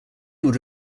would